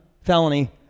felony